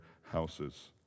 houses